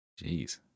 Jeez